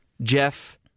Jeff